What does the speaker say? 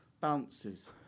bounces